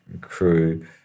crew